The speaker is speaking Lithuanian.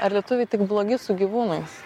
ar lietuviai tik blogi su gyvūnais